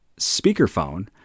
speakerphone